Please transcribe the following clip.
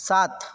सात